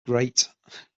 great